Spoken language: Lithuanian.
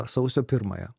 sausio pirmąją